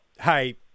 hey